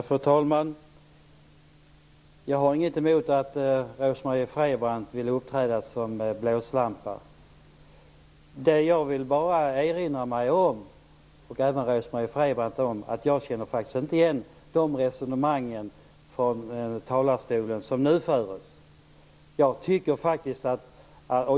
Fru talman! Jag har inget emot att Rose-Marie Frebran vill uppträda som blåslampa. Jag vill bara erinra Rose-Marie Frebran om att jag inte känner igen de resonemang som framfördes från talarstolen.